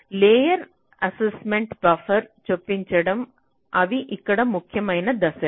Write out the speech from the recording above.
layer assignment buffer చొప్పించడం ఇవి ఇక్కడ ముఖ్యమైన దశలు